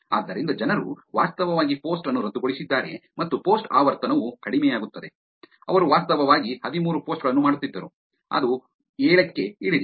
ಆದ್ದರಿಂದ ಜನರು ವಾಸ್ತವವಾಗಿ ಪೋಸ್ಟ್ ಅನ್ನು ರದ್ದುಗೊಳಿಸಿದ್ದಾರೆ ಮತ್ತು ಪೋಸ್ಟ್ ಆವರ್ತನವೂ ಕಡಿಮೆಯಾಗುತ್ತದೆ ಅವರು ವಾಸ್ತವವಾಗಿ ಹದಿಮೂರು ಪೋಸ್ಟ್ ಗಳನ್ನು ಮಾಡುತ್ತಿದ್ದರು ಅದು ಏಳಕ್ಕೆ ಇಳಿದಿದೆ